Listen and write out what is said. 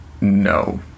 no